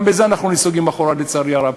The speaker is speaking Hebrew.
גם בזה אנחנו נסוגים אחורה, לצערי הרב.